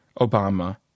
Obama